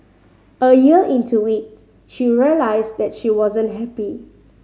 a year into it she realised that she wasn't happy